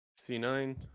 C9